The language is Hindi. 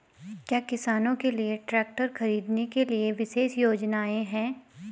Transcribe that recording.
क्या किसानों के लिए ट्रैक्टर खरीदने के लिए विशेष योजनाएं हैं?